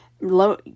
low